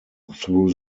through